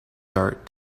dart